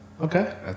Okay